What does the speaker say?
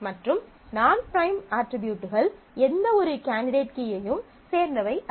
மற்றும் நான் ப்ரைம் அட்ரிபியூட்கள் எந்தவொரு கேண்டிடேட் கீயையும் சேர்ந்தவை அல்ல